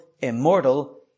immortal